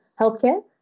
healthcare